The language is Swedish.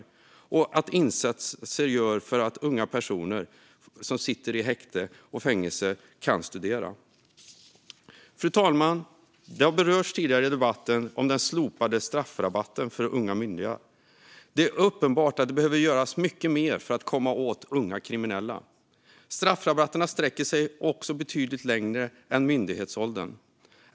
Vidare måste insatser göras för att unga personer som sitter i häkte och fängelse ska kunna studera. Fru talman! Den slopade straffrabatten för unga myndiga har berörts tidigare i debatten. Det är uppenbart att det behöver göras mycket mer för att komma åt unga kriminella. Straffrabatterna sträcker sig också betydligt längre än myndighetsåldern.